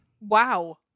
Wow